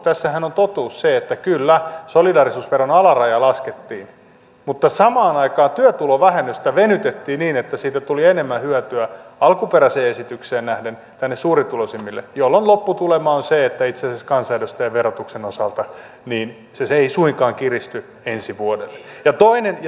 tässähän on totuus se että kyllä solidaarisuusveron alarajaa laskettiin mutta samaan aikaan työtulovähennystä venytettiin niin että siitä tuli alkuperäiseen esitykseen nähden enemmän hyötyä tänne suurituloisimmille jolloin lopputulema on se että itse asiassa kansanedustajan verotus ei suinkaan kiristy ensi vuodelle